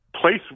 place